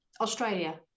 Australia